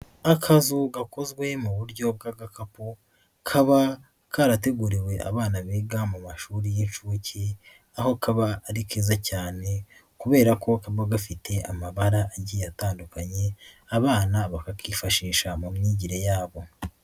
Akazu gakozwe mu buryo bw'agakapu kaba karateguriwe abana biga mu mashuri y'inshuke aho kaba ari keza cyane kubera ko kaba gafite amabara agiye atandukanye abana bakakifashisha mu myigire yabo.